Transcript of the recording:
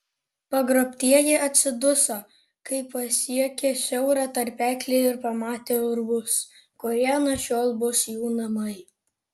pagrobtieji atsiduso kai pasiekė siaurą tarpeklį ir pamatė urvus kurie nuo šiol bus jų namai